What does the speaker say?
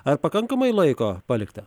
ar pakankamai laiko palikta